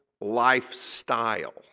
lifestyle